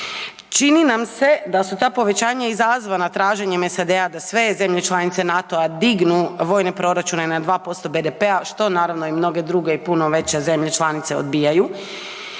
Čini nam se da su ta povećanja izazavana traženjem SAD-a da sve zemlje članice NATO-a dignu vojne proračune na 2% BDP-a, što naravno i mnoge druge i puno veće zemlje članice odbijaju.